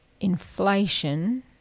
inflation